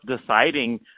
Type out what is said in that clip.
deciding